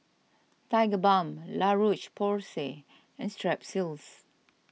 Tigerbalm La Roche Porsay and Strepsils